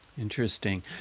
Interesting